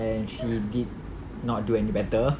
and she did not do any better